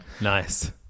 Nice